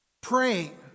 praying